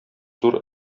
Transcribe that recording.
зур